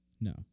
No